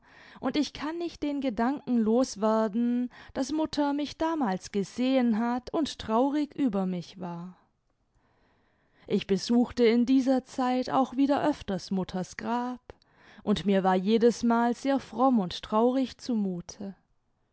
und ich kann nicht den gedanken los werden daß mutter mich damals gesehen hat und traurig über mich war ich besuchte in dieser zeit auch wieder öfters mutters grab und mir war jedesmal sehr fromm und traurig zumute